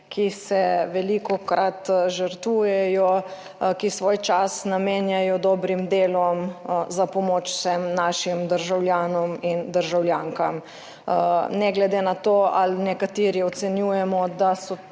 ki se velikokrat žrtvujejo, ki svoj čas namenjajo dobrim delom za pomoč vsem našim državljanom in državljankam, ne glede na to, ali nekateri ocenjujemo, da